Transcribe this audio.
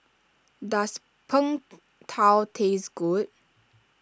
does Png Tao taste good